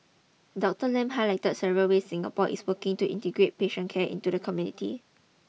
Doctor Lam highlighted several ways Singapore is working to integrate patient care into the community